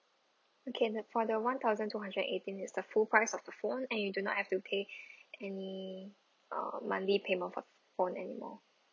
okay the for the one thousand two hundred and eighteen is the full price of the phone and you do not have to pay any uh monthly payment for phone anymore